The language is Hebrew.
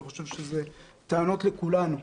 אני חושב שזה טענות לכולנו.